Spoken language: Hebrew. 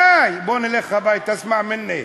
די, בואו נלך הביתה, אִסמע מִני.